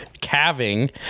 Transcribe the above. calving